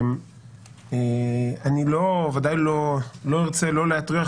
איני רוצה להטריח,